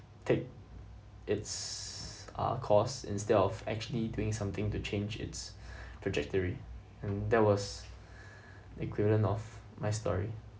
take its ah course instead of actually doing something to change its trajectory and that was equivalent of my story